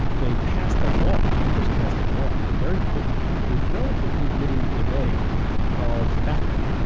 they passed a law. congress passed a law very quickly with relatively little debate called fatca.